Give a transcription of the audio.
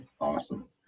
Awesome